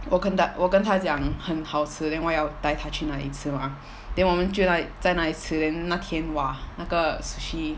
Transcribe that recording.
我跟他我跟他讲很好吃 then 我要带他去那里吃吗 then 我们就在那里吃 then 那天 !wah! 那个 sushi